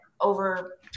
over